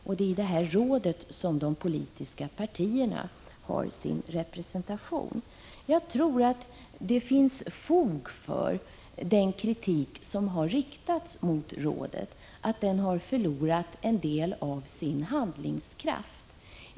Det är i det rådet de politiska partierna har sin representation. Jag tror att det finns fog för den kritik som har riktats mot rådet, nämligen att det har förlorat en del av sin handlingskraft.